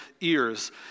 ears